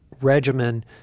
regimen